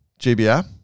GBR